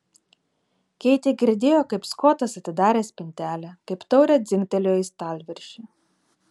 keitė girdėjo kaip skotas atidarė spintelę kaip taurė dzingtelėjo į stalviršį